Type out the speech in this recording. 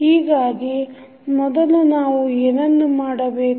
ಹೀಗಾಗಿ ಮೊದಲು ನಾವು ಏನನ್ನು ಮಾಡಬೇಕು